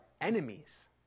enemies